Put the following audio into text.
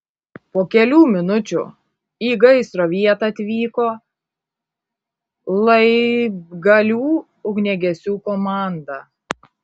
po kelių minučių į gaisro vietą atvyko laibgalių ugniagesių komanda